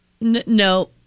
no